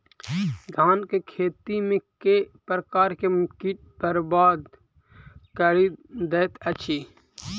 धान केँ खेती मे केँ प्रकार केँ कीट बरबाद कड़ी दैत अछि?